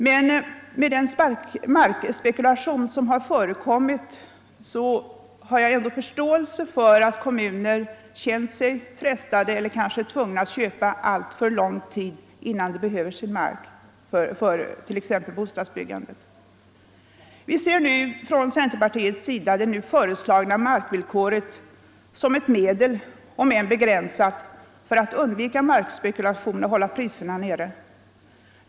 Men med tanke på den markspekulation som förekommit har jag ändå förståelse för att kommuner känt sig frestade — eller kanske tvungna — att köpa alltför lång tid innan de behöver mark för t.ex. bostadsbyggande. Från centerns sida ser vi det nu föreslagna markvillkoret som ett medel, om än begränsat, för att undvika markspekulation och hålla priserna nere.